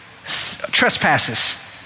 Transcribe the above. trespasses